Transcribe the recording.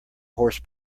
horse